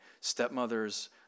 stepmother's